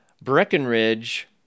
Breckenridge